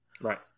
Right